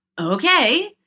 okay